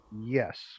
yes